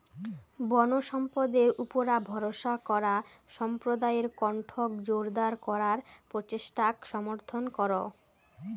বনসম্পদের উপুরা ভরসা করা সম্প্রদায়ের কণ্ঠক জোরদার করার প্রচেষ্টাক সমর্থন করো